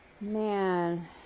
Man